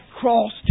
cross